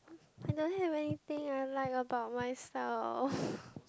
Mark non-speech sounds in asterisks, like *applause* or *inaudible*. i don't anything I like about myself *breath*